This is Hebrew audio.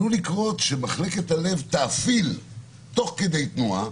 עלול לקרות שמחלקת הלב תאפיל תוך כדי תנועה